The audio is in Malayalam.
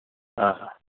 ആ ഹ